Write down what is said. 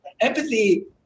empathy